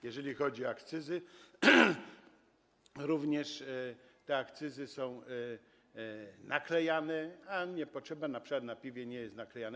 Jeżeli chodzi o akcyzy, również te akcyzy są naklejane, a nie potrzeba, np. na piwie nie jest to naklejane.